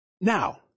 now